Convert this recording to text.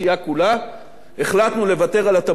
לוותר על התמלוגים מתחילת השנה הבאה.